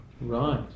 Right